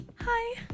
Hi